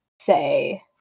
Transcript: say